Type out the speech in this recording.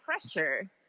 pressure